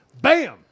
Bam